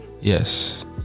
Yes